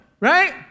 right